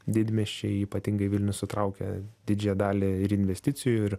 didmiesčiai ypatingai vilnius sutraukia didžiąją dalį ir investicijų ir